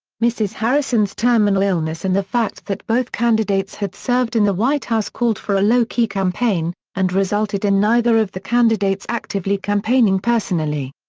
mrs. harrison's terminal illness and the fact that both candidates had served in the white house called for a low key campaign, and resulted in neither of the candidates actively campaigning personally.